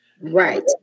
right